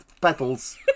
Petals